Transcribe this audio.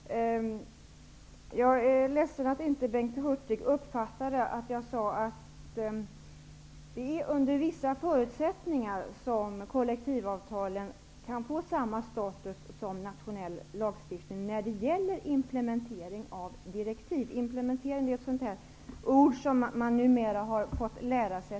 Herr talman! Jag är ledsen att Bengt Hurtig inte uppfattade att jag sade är det är under vissa förutsättningar som kollektivavtalen kan få samma status som nationell lagstiftning när det gäller implementering av direktiv. Implementering är ett sådant där ord som man numera har fått lära sig.